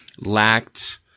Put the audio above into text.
lacked